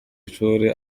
ishuri